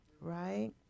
right